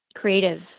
creative